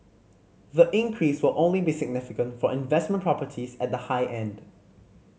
the increase will only be significant for investment properties at the high end